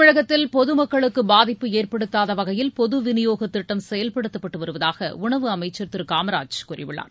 தமிழகத்தில் பொதுமக்களுக்கு பாதிப்பு ஏற்படுத்தாத வகையில் பொதுவிநியோகத் திட்டம் செயல்படுத்தப்பட்டு வருவதாக உணவு அமைச்சர் திரு காமராஜ் கூறியுள்ளார்